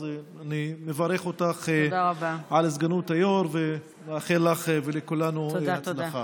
אז אני מברך אותך על סגנות היו"ר ומאחל לך ולכולנו הצלחה.